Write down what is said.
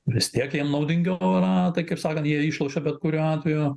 vis tiek jiem naudingiauyra tai kaip sakant jie išlošia bet kuriuo atveju